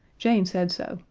jane said so,